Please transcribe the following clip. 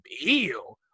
ew